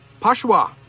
Pashwa